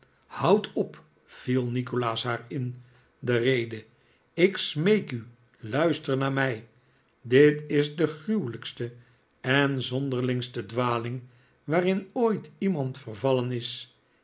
houd op viel nikolaas haar in de rede ik smeek u luister naar mij dit is de gruwelijkste en zonderlingste dwaling waarin ooit iemand vervallen is